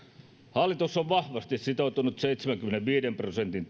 hallitus on vahvasti sitoutunut seitsemänkymmenenviiden prosentin